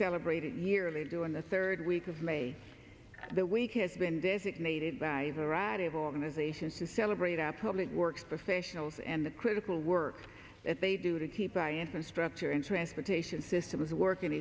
celebrated yearly go on the third week of may the week has been designated by variety of organizations to celebrate our public works professionals and the critical work that they do to keep my infrastructure in transportation systems work in